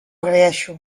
agraeixo